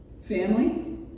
family